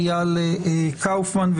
אייל קופמן,